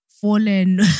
fallen